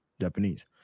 Japanese